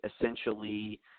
essentially